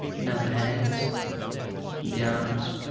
now the hands and the arms,